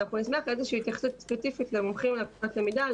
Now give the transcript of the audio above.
נשמח לאיזושהי התייחסות ספציפית למונחים ללקויות למידה,